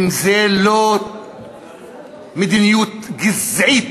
אם זה לא מדיניות גזעית,